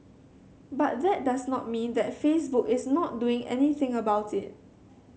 but that does not mean that Facebook is not doing anything about it